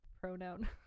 pronoun